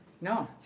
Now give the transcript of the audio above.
No